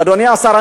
אדוני השר,